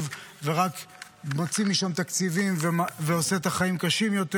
ורק מוציא משם תקציבים ועושה את החיים קשים יותר.